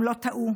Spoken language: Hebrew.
הם לא טעו.